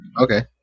Okay